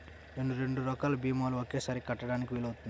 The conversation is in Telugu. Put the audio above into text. నేను రెండు రకాల భీమాలు ఒకేసారి కట్టడానికి వీలుందా?